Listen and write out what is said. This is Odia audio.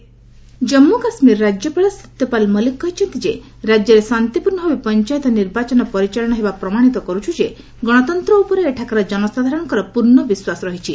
J and K governor Jammu Kashmir ରାଜ୍ୟପାଳ ସତ୍ୟପାଲ୍ ମଲ୍ଲିକ କହିଛନ୍ତି ଯେ ରାଜ୍ୟରେ ଶାନ୍ତିପୂର୍ଣ୍ଣ ଭାବେ ପଞ୍ଚାୟତ ନିର୍ବାଚନ ପରିଚାଳନା ହେବା ପ୍ରମାଣିତ କରୁଛି ଯେ ଗଶତନ୍ତ୍ର ଉପରେ ଏଠାକାର କନସାଧାରଣଙ୍କର ପୂର୍ଣ୍ଣ ବିଶ୍ୱାସ ରହିଛି